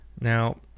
Now